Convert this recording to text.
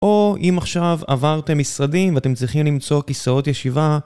או אם עכשיו עברתם משרדים ואתם צריכים למצוא כיסאות ישיבה.